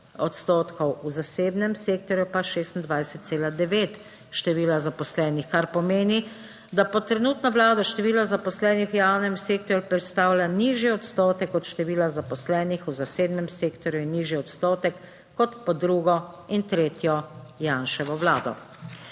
odstotkov, v zasebnem sektorju pa 26,9 števila zaposlenih. Kar pomeni, da pod trenutno Vlado število zaposlenih v javnem sektorju predstavlja nižji odstotek od števila zaposlenih v zasebnem sektorju in nižji odstotek, kot pod drugo in tretjo Janševo vlado.